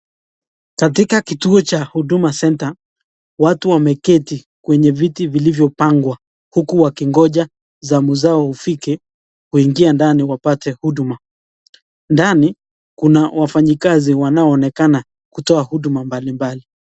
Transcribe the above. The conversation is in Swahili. Katika kituo cha Huduma Centre , watu wameketi kwenye viti vilivyopangwa huku wakingoja zamu zao ufike kuingia ndani wapate huduma. Ndani kuna wafanyikazi wanaoonekana kutoa huduma mbalimbali.